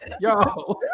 yo